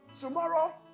Tomorrow